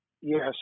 Yes